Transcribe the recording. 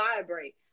vibrate